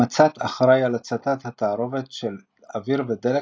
המצת אחראי על הצתת התערובת של אוויר ודלק,